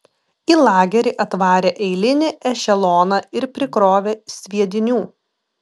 į lagerį atvarė eilinį ešeloną ir prikrovė sviedinių